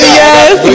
yes